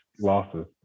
losses